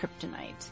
kryptonite